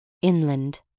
INLAND